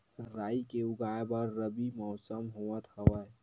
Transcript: राई के उगाए बर रबी मौसम होवत हवय?